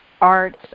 arts